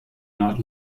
not